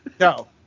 No